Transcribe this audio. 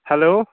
hello